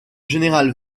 général